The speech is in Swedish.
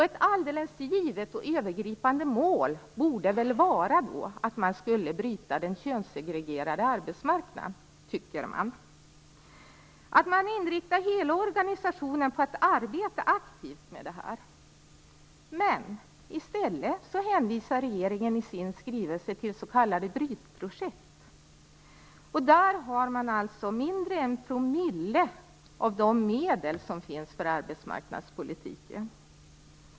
Ett alldeles givet och övergripande mål borde väl vara att man skall bryta den könssegregerade arbetsmarknaden och att man inriktar hela organisationen på att arbeta aktivt med detta. Men i stället hänvisar regeringen i sin skrivelse till s.k. brytprojekt. Där har man mindre än en promille av de medel som används för arbetsmarknadspolitiken.